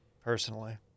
Personally